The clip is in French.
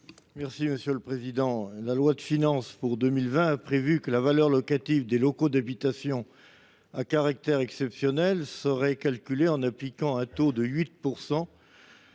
n° I 368 rectifié. La loi de finances pour 2020 a prévu que la valeur locative des locaux d’habitation à caractère exceptionnel serait calculée en appliquant un taux de 8